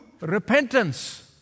repentance